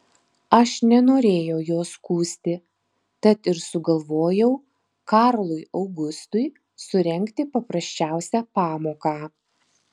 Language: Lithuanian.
aš nenorėjau jo skųsti tad ir sugalvojau karlui augustui surengti paprasčiausią pamoką